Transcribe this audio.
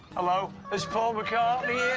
hello. it's paul mccartney.